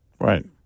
Right